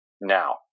now